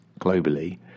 globally